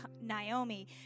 Naomi